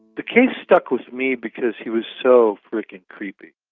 the case stuck with me because he was so freakin' creepy.